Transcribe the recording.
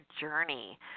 journey